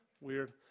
Weird